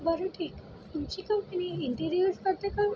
बरं ठीक तुमची कंपनी इंटिरियर्स करते का